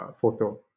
photo